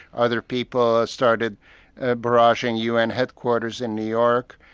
other people started ah barraging un headquarters in new york,